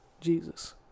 Jesus